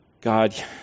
God